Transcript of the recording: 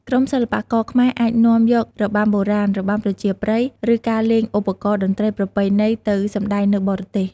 ក្រុមសិល្បករខ្មែរអាចនាំយករបាំបុរាណ របាំប្រជាប្រិយ ឬការលេងឧបករណ៍តន្ត្រីប្រពៃណីទៅសម្តែងនៅបរទេស។